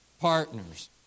partners